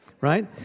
right